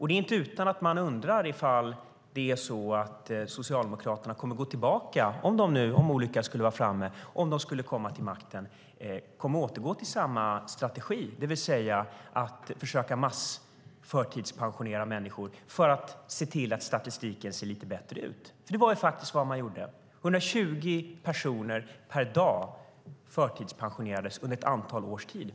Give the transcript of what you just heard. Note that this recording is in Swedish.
Det är inte utan att man undrar om Socialdemokraterna, om olyckan är framme och de kommer till makten, återgår till samma strategi, det vill säga att massförtidspensionera människor för att statistiken ska se lite bättre ut. Det var vad man gjorde. Under ett antal år förtidspensionerades 120 personer per dag.